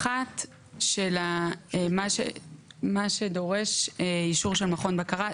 אחת של מה שדורש אישור של מכון בקרה,